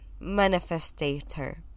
manifestator